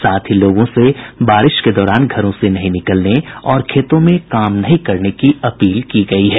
साथ ही लोगों से बारिश के दौरान घरों से बाहर नहीं निकलने और खेतों में काम नहीं करने की अपील की गयी है